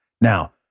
Now